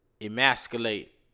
emasculate